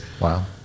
Wow